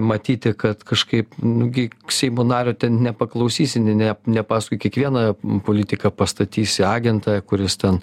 matyti kad kažkaip nugi seimo nario ten nepaklausysi ne ne ne paskui kiekvieną politiką pastatysi agentą kuris ten